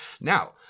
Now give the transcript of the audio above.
Now